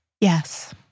Yes